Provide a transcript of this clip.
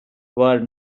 were